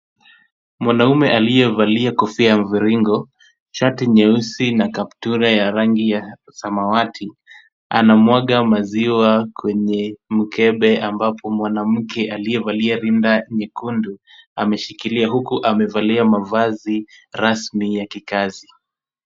Mwanaume aliyevalia kofia ya mviringo, shati nyeusi na kaptura ya rangi ya samawati, anamwaga maziwa kwenye mkembe, ambapo mwanamke aliyevalia linda nyekundu ameshikilia, huku amevalia mavazi rasmi ya kikazi.